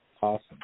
awesome